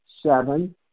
seven